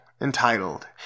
entitled